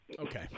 Okay